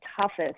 toughest